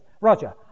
Roger